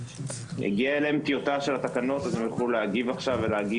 הגיעה אליהן טיוטת התקנות והם יוכלו להגיב ולומר